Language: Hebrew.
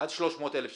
עד 300,00 שקל.